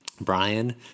Brian